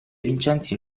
vincenzi